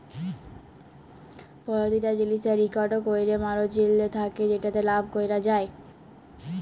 পরতিটা জিলিসের ইকট ক্যরে মারজিল থ্যাকে যেটতে লাভ ক্যরা যায়